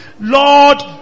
Lord